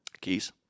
Keys